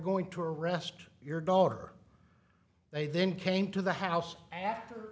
going to arrest your daughter they then came to the house after